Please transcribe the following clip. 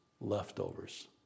leftovers